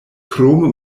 krome